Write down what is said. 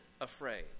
afraid